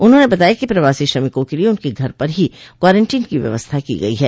उन्होंने बताया कि प्रवासी श्रमिकों के लिए उनके घर पर ही क्वारंटीन की व्यवस्था की गयी है